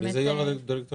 מי הוא יו"ר הדירקטוריון?